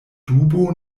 dubo